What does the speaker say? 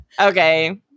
Okay